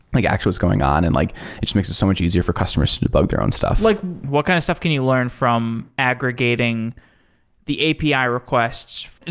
like actually what's going on and like it just makes it so much easier for customers to debug their own stuff. like what kind of stuff can you learn from aggregating the api requests?